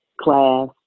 class